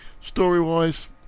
Story-wise